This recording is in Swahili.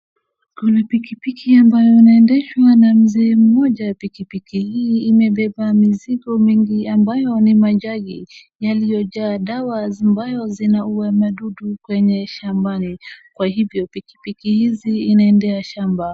Kuna pikipiki ambayo inaendeshwa na mzee mmoja. Pikipiki hii mibeba mizigo mingi ambayo ambayo ni majani yaliyojaa dawa ambayo zinaua madudu kwenye shambani. Kwa hivyo, pikipiki hizi inaendea shamba.